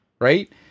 Right